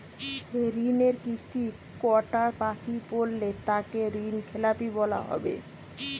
ঋণের কিস্তি কটা বাকি পড়লে তাকে ঋণখেলাপি বলা হবে?